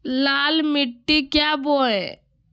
लाल मिट्टी क्या बोए?